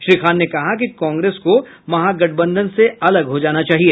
श्री खान ने कहा है कि कांग्रेस को महागठबंधन से अलग हो जाना चाहिए